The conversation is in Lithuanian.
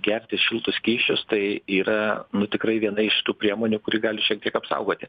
gerti šiltus skysčius tai yra nu tikrai viena iš tų priemonių kuri gali šiek tiek apsaugoti